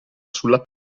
sulla